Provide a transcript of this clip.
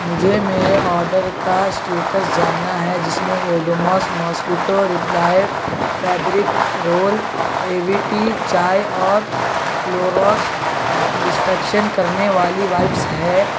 مجھے میرے آڈر کا اسٹیٹس جاننا ہے جس میں Odomos mosquito repellent fabric roll A V T چائے اور کلوروکس ڈسینفیکشن کرنے والی وائپس ہے